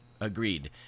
Agreed